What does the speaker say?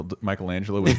Michelangelo